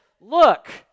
look